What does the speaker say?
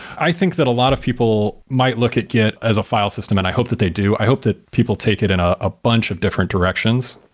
i think that a lot of people might look at git as a file system and i hope that they do. i hope that people take it in ah a bunch of different directions.